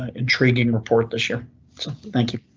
ah intriguing report this year. so thank you.